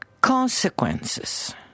consequences